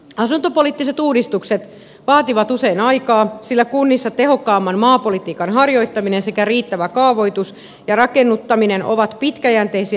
asuntopoliittiset uudistukset vaativat usein aikaa sillä kunnissa tehokkaamman maapolitiikan harjoittaminen sekä riittävä kaavoitus ja rakennuttaminen ovat pitkäjänteisiä prosesseja